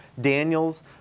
Daniel's